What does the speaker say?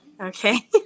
Okay